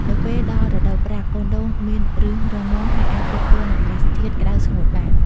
នៅពេលដល់រដូវប្រាំង កូនដូងមានឫសរឹងមាំហើយអាចទប់ទល់នឹងអាកាសធាតុក្ដៅស្ងួតបាន។